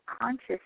conscious